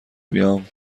بیام